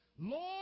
Lord